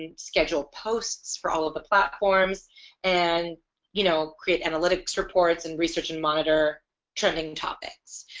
and schedule posts for all of the platforms and you know create analytics reports and researching monitor trending topics.